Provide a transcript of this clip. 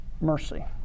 mercy